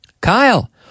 Kyle